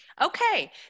okay